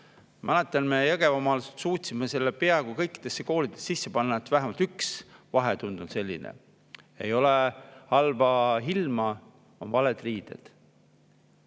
Mäletan, me Jõgevamaal suutsime selle peaaegu kõikidesse koolidesse sisse [viia], et vähemalt üks vahetund on selline. Ei ole halba ilma, on valed riided.